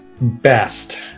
best